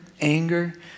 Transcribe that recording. anger